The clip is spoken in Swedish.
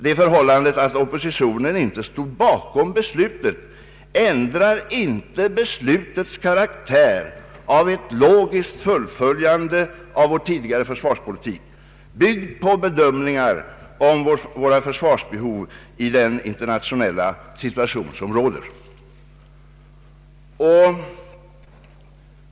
Det förhållandet att oppositionen inte stod bakom beslutet ändrar inte beslutets karaktär av ett logiskt fullföljande av vår tidigare försvarspolitik, byggd på bedömningar av vårt försvarsbehov i den internationella situation som råder.